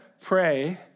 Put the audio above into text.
pray